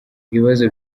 ibibazo